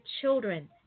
children